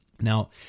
Now